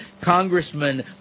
congressman